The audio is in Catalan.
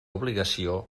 obligació